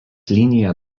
linija